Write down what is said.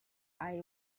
eye